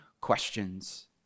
questions